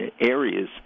areas